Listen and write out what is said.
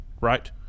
right